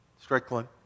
strickland